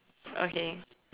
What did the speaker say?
okay